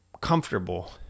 comfortable